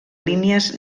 línies